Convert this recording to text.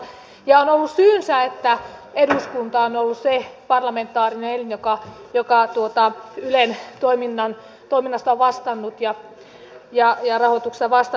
on ollut syynsä että eduskunta on ollut se parlamentaarinen elin joka on ylen toiminnasta vastannut ja rahoituksesta vastannut